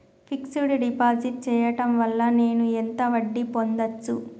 Fix డ్ deposit చేయటం వల్ల నేను ఎంత వడ్డీ పొందచ్చు?